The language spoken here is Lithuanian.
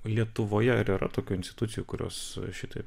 lietuvoje ar yra tokių institucijų kurios šitaip